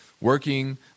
working